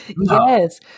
Yes